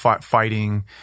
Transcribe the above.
fighting